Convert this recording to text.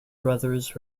brothers